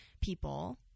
people